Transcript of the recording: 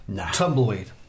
tumbleweed